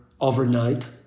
overnight